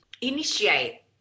initiate